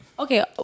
Okay